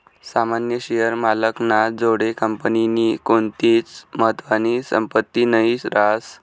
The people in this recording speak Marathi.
सामान्य शेअर मालक ना जोडे कंपनीनी कोणतीच महत्वानी संपत्ती नही रास